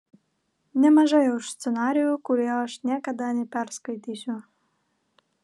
nemažai už scenarijų kurio aš niekada neperskaitysiu